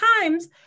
times